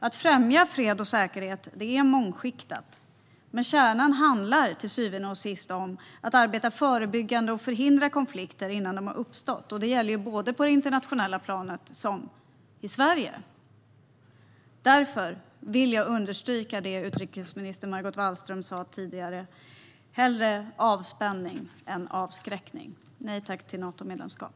Att främja fred och säkerhet är mångskiktat. Men kärnan handlar till syvende och sist om att arbeta förebyggande och förhindra konflikter innan de har uppstått, och det gäller både på det internationella planet och i Sverige. Därför vill jag understryka det utrikesminister Margot Wallström sa tidigare: hellre avspänning än avskräckning, och nej tack till Natomedlemskap.